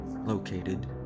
located